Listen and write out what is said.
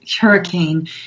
hurricane